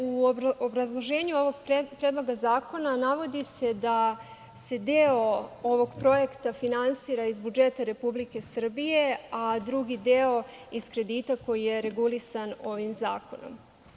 U obrazloženju ovog Predloga zakona navodi se da se deo ovog projekta finansira iz budžeta Republike Srbije, a drugi deo iz kredita koji je regulisan ovim zakonom.